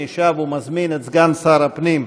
אני שב ומזמין את סגן שר הפנים,